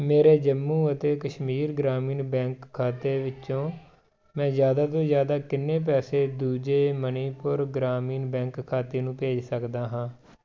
ਮੇਰੇ ਜੰਮੂ ਅਤੇ ਕਸ਼ਮੀਰ ਗ੍ਰਾਮੀਣ ਬੈਂਕ ਖਾਤੇ ਵਿੱਚੋਂ ਮੈਂ ਜ਼ਿਆਦਾ ਤੋਂ ਜ਼ਿਆਦਾ ਕਿੰਨੇ ਪੈਸੇ ਦੂਜੇ ਮਨੀਪੁਰ ਗ੍ਰਾਮੀਣ ਬੈਂਕ ਖਾਤੇ ਨੂੰ ਭੇਜ ਸਕਦਾ ਹਾਂ